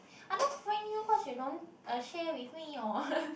I don't friend you cause you don't uh share with me your